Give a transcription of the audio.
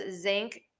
zinc